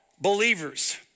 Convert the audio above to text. believers